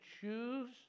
choose